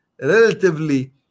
relatively